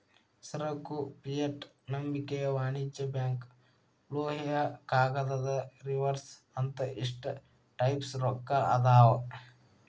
ಸರಕು ಫಿಯೆಟ್ ನಂಬಿಕೆಯ ವಾಣಿಜ್ಯ ಬ್ಯಾಂಕ್ ಲೋಹೇಯ ಕಾಗದದ ರಿಸರ್ವ್ ಅಂತ ಇಷ್ಟ ಟೈಪ್ಸ್ ರೊಕ್ಕಾ ಅದಾವ್